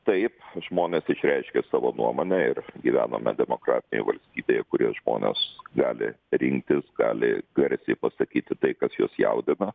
taip žmonės išreiškė savo nuomonę ir gyvename demokratinėj valstybėje kurioj žmonės gali rinktis gali garsiai pasakyti tai kas juos jaudina